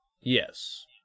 Yes